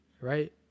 Right